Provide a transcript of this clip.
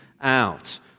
out